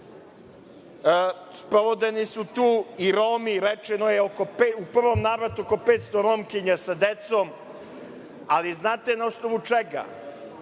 Sprovođeni su tu i Romi, kako je rečeno, u prvom navratu oko 500 Romkinja sa decom, ali znate na osnovu čega?